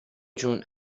جون